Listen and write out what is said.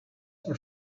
are